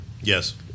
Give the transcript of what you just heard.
Yes